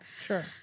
Sure